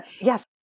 Yes